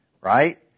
right